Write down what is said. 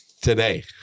today